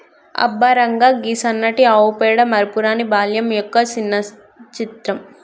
అబ్బ రంగా, గీ సన్నటి ఆవు పేడ మరపురాని బాల్యం యొక్క సిన్న చిత్రం